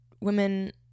women